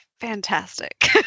Fantastic